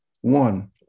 One